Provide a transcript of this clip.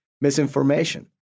misinformation